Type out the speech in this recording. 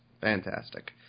Fantastic